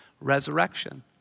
resurrection